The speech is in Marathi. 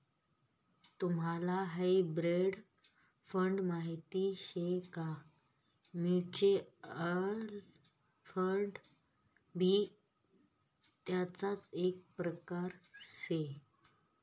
तुम्हले हायब्रीड फंड माहित शे का? म्युच्युअल फंड भी तेणाच एक प्रकार से